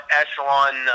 echelon